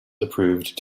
approved